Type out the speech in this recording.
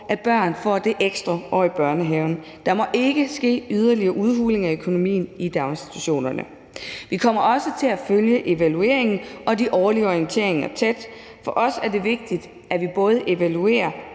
at børn får det ekstra år i børnehaven. Der må ikke ske yderligere udhuling af økonomien i daginstitutionerne. Vi kommer også til at følge evalueringen og de årlige orienteringer tæt. For os er det vigtigt, at vi både evaluerer